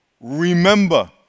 remember